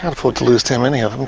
and afford to lose too many of and